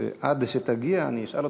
שעד שתגיע אני אשאל אותך,